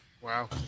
wow